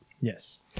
Yes